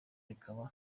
rikaba